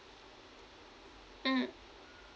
mm